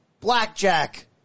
Blackjack